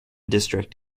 district